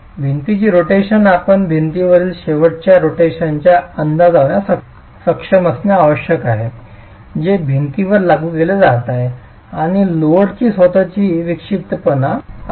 भिंतीची शेवटची रोटेशन आपण भिंतीवरील शेवटच्या रोटेशनचा अंदाज लावण्यास सक्षम असणे आवश्यक आहे जे भिंतीवर लागू केले जात आहे आणि लोडची स्वतःची विक्षिप्तपणा आहे